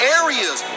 areas